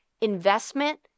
investment